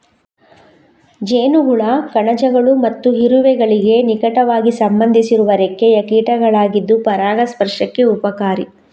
ಜೇನುಹುಳ ಕಣಜಗಳು ಮತ್ತು ಇರುವೆಗಳಿಗೆ ನಿಕಟವಾಗಿ ಸಂಬಂಧಿಸಿರುವ ರೆಕ್ಕೆಯ ಕೀಟಗಳಾಗಿದ್ದು ಪರಾಗಸ್ಪರ್ಶಕ್ಕೆ ಉಪಕಾರಿ